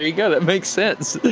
yeah go, that makes sense.